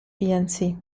inc